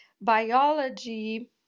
biology